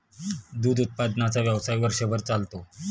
दूध उत्पादनाचा व्यवसाय वर्षभर चालतो